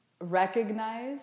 recognize